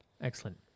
Excellent